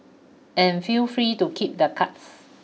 and feel free to keep the cuts